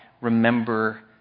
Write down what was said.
remember